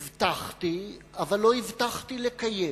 הבטחתי, אבל לא הבטחתי לקיים.